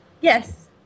yes